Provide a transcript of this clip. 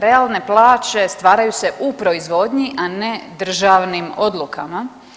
Realne plaće stvaraju se u proizvodnji, a ne državnim odlukama.